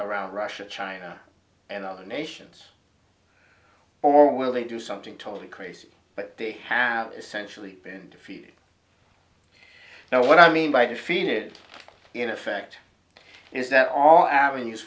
around russia china and other nations or will they do something totally crazy but they have essentially been defeated now what i mean by defeated in effect is that all avenues